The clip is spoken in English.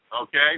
Okay